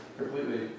completely